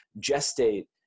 gestate